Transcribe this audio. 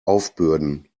aufbürden